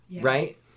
Right